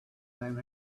than